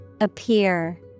Appear